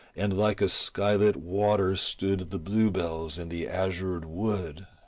and like a skylit water stood the bluebells in the azured wood.